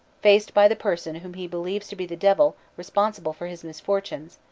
faced by the person whom he believes to be the devil, responsible for his misfortunes,